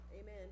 amen